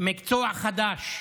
מקצוע חדש,